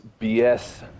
bs